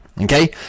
Okay